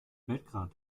belgrad